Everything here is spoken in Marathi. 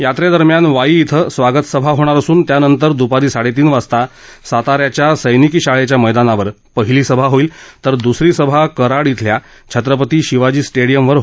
यात्रेदरम्यान वाई इथं स्वागत सभा होणार असून त्यानंतर दूपारी साडेतीन वाजता सातारा येथील सक्रिकी शाळेच्या मद्रामावर पहिली सभा होईल तर दुसरी सभा कराड इथल्या छत्रपती शिवाजी स्टेडियमवर होणार आहे